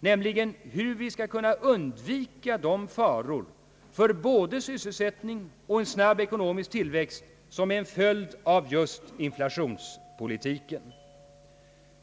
nämligen hur vi skall kunna undvika de faror för både sysselsättning och en snabb ekomisk tillväxt som är en följd av just inflationspolitiken.